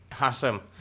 Awesome